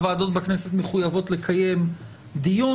הוועדות בכנסת מחויבות לקיים דיון,